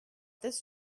this